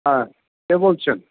হ্যাঁ কে বলছেন